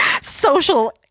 social